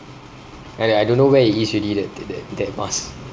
and I don't know where it is already that that that mask